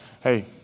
hey